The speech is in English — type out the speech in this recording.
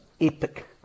epic